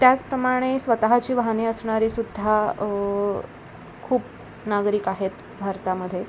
त्याचप्रमाणे स्वतःची वाहने असणारेसुद्धा खूप नागरिक आहेत भारतामध्ये